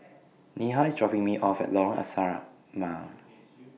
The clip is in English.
Neha IS dropping Me off At Lorong Asrama